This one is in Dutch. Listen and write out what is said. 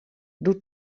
doe